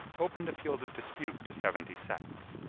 opened a field of dispute to seventy sects,